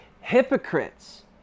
hypocrites